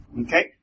Okay